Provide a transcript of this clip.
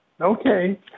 okay